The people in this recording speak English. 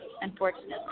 unfortunately